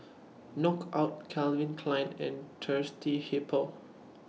Knockout Calvin Klein and Thirsty Hippo